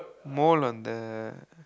more on the